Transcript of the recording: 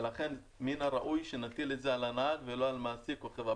ולכן מן הראוי שנטיל את זה על הנהג ולא על מעסיק או חברה.